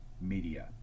media